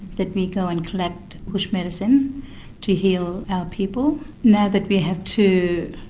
that we go and collect bush medicine to heal our people. now that we have two,